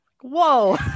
whoa